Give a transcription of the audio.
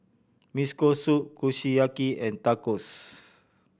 Miso Soup Kushiyaki and Tacos